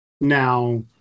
now